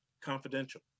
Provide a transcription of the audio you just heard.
confidential